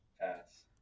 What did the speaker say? Pass